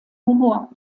humor